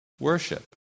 worship